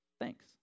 thanks